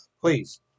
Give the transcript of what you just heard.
please